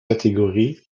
catégories